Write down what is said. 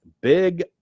big